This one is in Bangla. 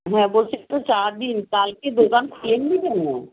হ্যাঁ বলছি একটু চা দিন কালকে দোকান খোলেননি কেন